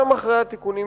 גם אחרי התיקונים